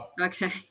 Okay